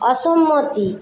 অসম্মতি